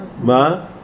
ma